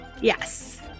Yes